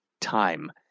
time